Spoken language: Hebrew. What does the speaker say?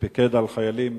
ופיקד על חיילים